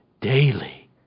daily